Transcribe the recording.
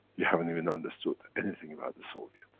you haven't even understood anything about the soul yet.